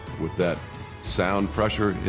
with that sound pressure